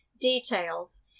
details